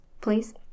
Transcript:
Please